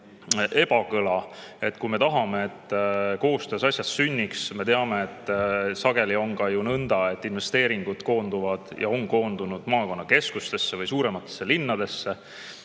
ebakõla. Me tahame, et koostöös asjad sünniks – ja me teame, et sageli on nõnda, et investeeringud koonduvad ja on koondunud maakonnakeskustesse või suurematesse linnadesse